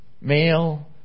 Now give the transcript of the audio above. male